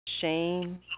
Shame